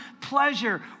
pleasure